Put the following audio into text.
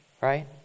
right